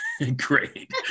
Great